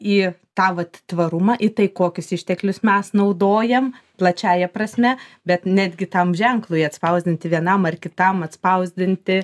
į tą vat tvarumą į tai kokius išteklius mes naudojam plačiąja prasme bet netgi tam ženklui atspausdinti vienam ar kitam atspausdinti